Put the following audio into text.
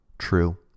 True